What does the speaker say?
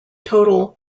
total